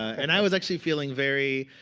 and i was actually feeling very,